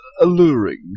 Alluring